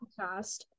podcast